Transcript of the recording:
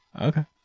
okay